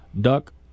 Duck